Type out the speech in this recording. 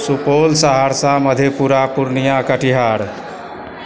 Supaul Saharsa Madhepura Purnia Katihar